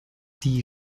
die